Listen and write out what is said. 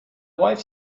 wife